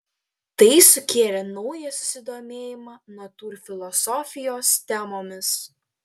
tai sukėlė naują susidomėjimą natūrfilosofijos temomis